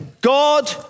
God